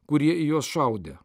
kurie į juos šaudė